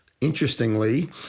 interestingly